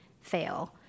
fail